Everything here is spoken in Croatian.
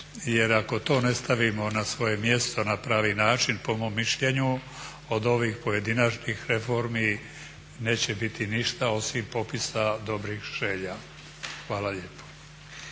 jer ako to ne stavimo na svoje mjesto na pravi način po mom mišljenju od ovih pojedinačnih reformi neće biti ništa osim popisa dobrih želja. Hvala lijepo.